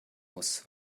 muss